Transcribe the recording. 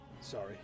sorry